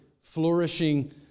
flourishing